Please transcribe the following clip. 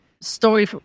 story